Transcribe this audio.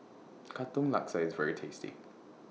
Katong Laksa IS very tasty